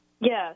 Yes